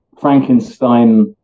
frankenstein